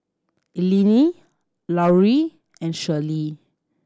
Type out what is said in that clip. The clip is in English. Eleni Larue and Shirlee